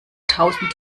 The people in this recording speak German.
tausend